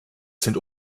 sind